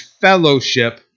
fellowship